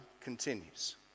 continues